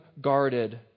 guarded